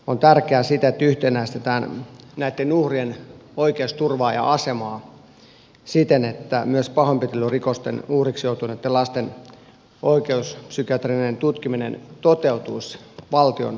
on tärkeää että yhtenäistetään näitten uhrien oikeusturvaa ja asemaa siten että myös pahoinpitelyrikosten uhriksi joutuneitten lasten oikeuspsykiatrinen tutkiminen toteutuisi valtion kustannuksella